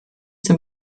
zum